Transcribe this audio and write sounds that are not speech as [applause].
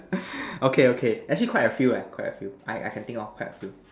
[breath] okay okay actually quite a few eh quite a few I I can think of quite a few